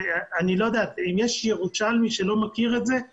אם יש ירושלמי שלא מכיר את זה-